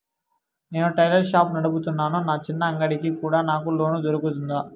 నేను tailor shop నడుపుతున్నాను, నా చిన్న అంగడి కి కూడా నాకు లోను దొరుకుతుందా?